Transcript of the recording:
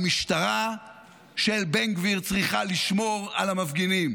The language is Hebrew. המשטרה של בן גביר צריכה לשמור על המפגינים,